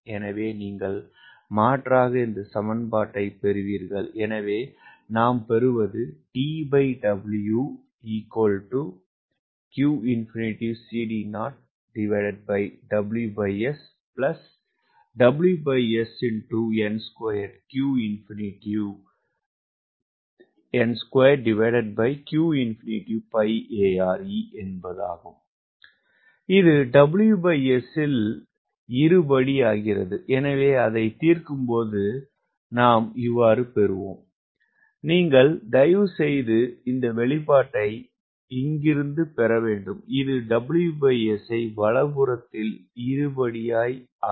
எனவே நீங்கள் மாற்றாக இந்த சமன்பாட்டைப் பெறுவீர்கள் எனவே நான் பெறுகிறேன் இது WS இல் இருபடி ஆகிறது எனவே அதை தீர்க்கும்போது நாம் பெறுவோம் இளைஞர்கள் தயவுசெய்து இந்த வெளிப்பாட்டை நீங்களாய் இங்கிருந்து பெற வேண்டும் இது W S இருபடியாய் உள்ளது